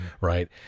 right